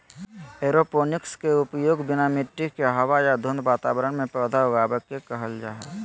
aeroponics के उपयोग बिना मिट्टी के हवा या धुंध वातावरण में पौधा उगाबे के कहल जा हइ